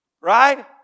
right